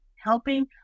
helping